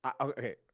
okay